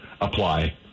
apply